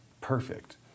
perfect